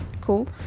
Cool